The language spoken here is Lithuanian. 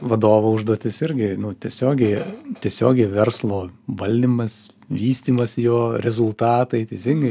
vadovo užduotis irgi nu tiesiogiai tiesiogiai verslo valdymas vystymas jo rezultatai teisingai